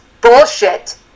bullshit